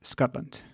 Scotland